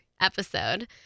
episode